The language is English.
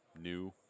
new